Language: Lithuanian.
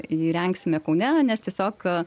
įrengsime kaune nes tiesiog